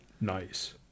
Nice